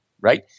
right